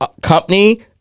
company